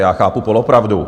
Já chápu polopravdu.